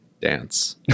dance